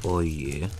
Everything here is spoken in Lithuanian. o ji